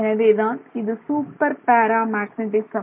எனவேதான் இது சூப்பர் பேரா மேக்னெட்டிசம்